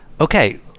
okay